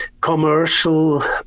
commercial